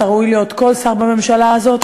אתה ראוי להיות כל שר בממשלה הזאת,